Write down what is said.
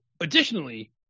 additionally